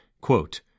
Quote